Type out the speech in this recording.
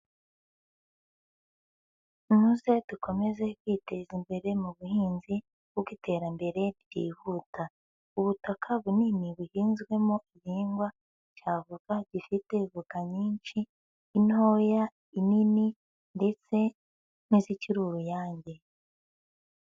Muze dukomeze kwiteza imbere mubuhinzi bw'iterambere ryihuta. Ubutaka bunini buhinzwemo igihingwa cya avoka gifite voka nyinshi: intoya, inini ndetse n'izikiri uruyange.